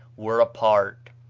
were a part.